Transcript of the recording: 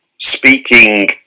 speaking